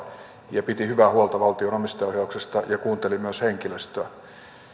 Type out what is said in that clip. ja piti hyvää huolta valtion omistajaohjauksesta ja kuunteli myös henkilöstöä